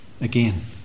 Again